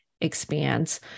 expands